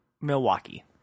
Milwaukee